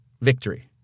victory